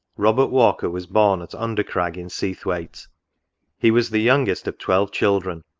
robert walker was born at under crag, in seathwaite he was the youngest of twelve children.